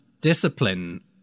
discipline